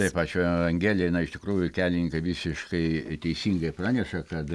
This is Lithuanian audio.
taip ačiū aa angele na iš tikrųjų kelininkai visiškai teisingai praneša kad